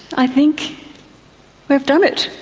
i think we've done it.